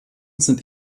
sind